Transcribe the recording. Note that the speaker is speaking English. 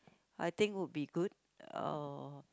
I think would be good uh